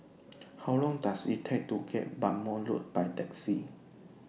How Long Does IT Take to get Bhamo Road By Taxi